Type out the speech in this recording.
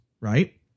Right